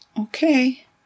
okay